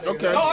Okay